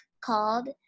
called